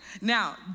Now